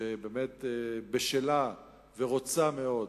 שבשלה ורוצה מאוד,